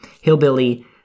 hillbilly